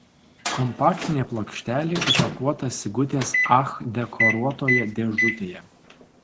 kompaktinė plokštelė įpakuota sigutės ach dekoruotoje dėžutėje